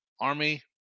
Army